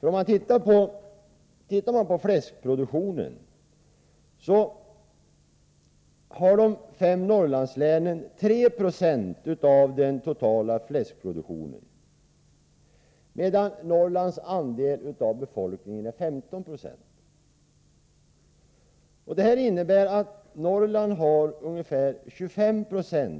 De fem Norrlandslänen har 3 20 av den totala fläskproduktionen, medan Norrlands andel av befolkningen är 15 96. Det innebär att Norrland har ungefär 25 76